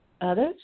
others